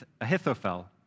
Ahithophel